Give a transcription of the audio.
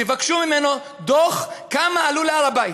תבקשו ממנו דוח כמה עלו להר-הבית,